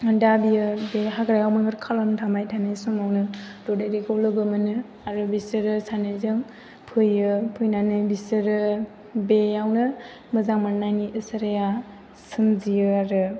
दा बियो बे हाग्रायाव मैहुर खालामनो थांबाय थानाय समावनो ददेरेखौ लोगो मोनो आरो बिसोरो सानैजों फैयो फैनानै बिसोरो बेयावनो मोजां मोननायनि इसाराया सोमजियो आरो